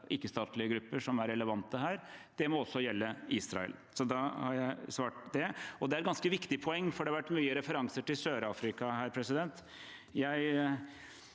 ikke-statlige grupper som er relevante her. Det må også gjelde Israel. Da har jeg svart på det. Det er et ganske viktig poeng, for det har vært mange referanser til Sør-Afrika her. Jeg